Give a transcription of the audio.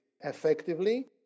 effectively